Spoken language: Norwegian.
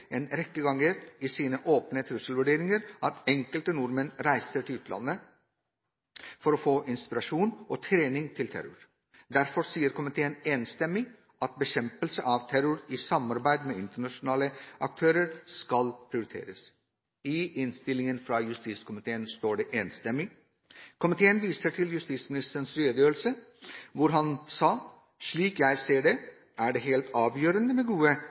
en rekke ganger i sine åpne trusselvurderinger at enkelte nordmenn reiser til utlandet for å få inspirasjon og trening til terror. Derfor sier komiteen enstemmig at bekjempelse av terror, i samarbeid med internasjonale aktører, skal prioriteres. I en enstemmig merknad i innstillingen fra komiteen står det: «Komiteen viser til justisministerens redegjørelse hvor han sa: «slik jeg ser det er det helt avgjørende med gode